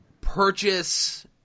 purchase